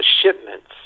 shipments